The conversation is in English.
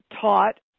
taught